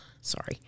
Sorry